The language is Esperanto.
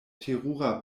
terura